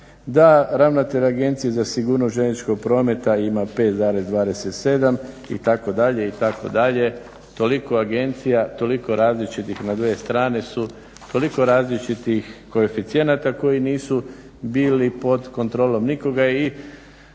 da ravnatelj Agencije za sigurnost željezničkog prometa ima 5.27 it., itd., toliko agencija, na dvije strane su, toliko različitih koeficijenata koji nisu bili pod kontrolom nikoga i